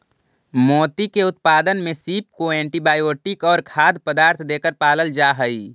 मोती के उत्पादन में सीप को एंटीबायोटिक और खाद्य पदार्थ देकर पालल जा हई